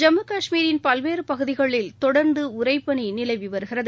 ஜம்மு கஷ்மீரில் பல்வேறு பகுதிகளில் தொடர்ந்து உறைபனி நிலவி வருகிறது